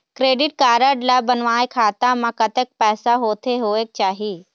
Credit card ला बनवाए खाता मा कतक पैसा होथे होएक चाही?